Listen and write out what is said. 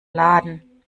laden